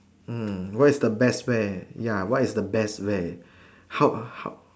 mm what is the best way ya what is the best way